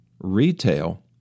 retail